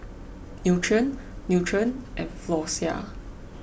Nutren Nutren and Floxia